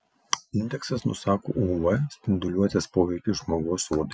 indeksas nusako uv spinduliuotės poveikį žmogaus odai